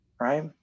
Right